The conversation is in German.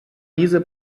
diese